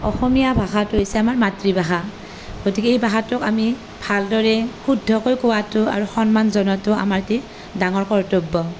অসমীযা ভাষাটো হৈছে আমাৰ মাতৃ ভাষা গতিকে এই ভাষাটোক আমি ভালদৰে শুদ্ধকৈ কোৱাটো আৰু সন্মান জনোৱাটো আমাৰ এটি ডাঙৰ কৰ্তব্য